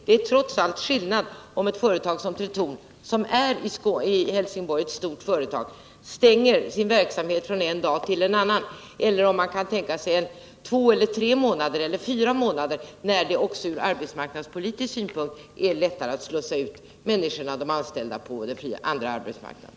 Det är trots allt skillnad om ett företag som Tretorn, som är ett stort företag i Helsingborg, stänger sin verksamhet från en dag till en annan eller om man kan tänka sig 29 att det sker på två, tre eller fyra månader — då är det ju också lättare ur arbetsmarknadspolitisk synpunkt att slussa ut de anställda till andra arbeten på arbetsmarknaden.